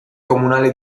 comunale